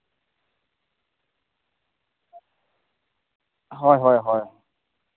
ᱦᱳᱭ ᱦᱳᱭ ᱦᱳᱭ